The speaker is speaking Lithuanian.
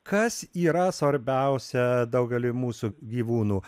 kas yra svarbiausia daugeliui mūsų gyvūnų